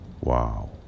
Wow